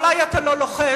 אולי אתה לא לוחש,